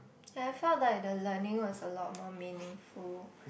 ya I found like the learning was a lot more meaningful